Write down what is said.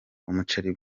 umuceri